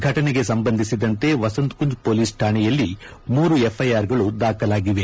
ಫಟನೆಗೆ ಸಂಬಂಧಿಸಿದಂತೆ ವಸಂತ್ ಕುಂಜ್ ಪೊಲೀಸ್ಠಾಣೆಯಲ್ಲಿ ಮೂರು ಎಫ್ಐಆರ್ಗಳು ದಾಖಲಾಗಿವೆ